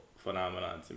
phenomenon